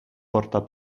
porta